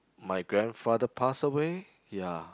my grandfather pass away ya